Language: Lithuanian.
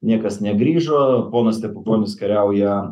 niekas negrįžo ponas stepukonis kariauja